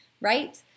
right